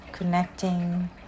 connecting